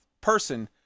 person